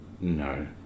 No